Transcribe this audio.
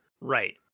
right